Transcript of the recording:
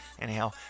anyhow